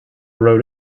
road